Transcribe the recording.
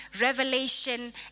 revelation